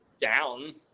down